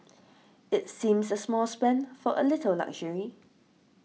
it seems a small spend for a little luxury